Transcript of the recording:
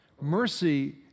Mercy